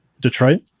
Detroit